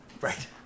Right